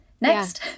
Next